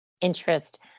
interest